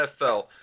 NFL